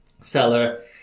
seller